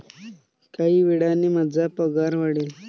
काही वेळाने माझा पगार वाढेल